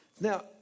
Now